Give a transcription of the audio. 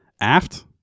aft